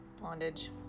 bondage